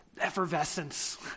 effervescence